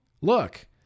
look